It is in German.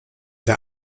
der